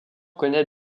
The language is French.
connaît